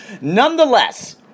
Nonetheless